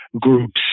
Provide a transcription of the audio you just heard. groups